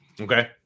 Okay